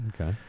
Okay